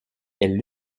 elles